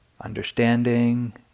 understanding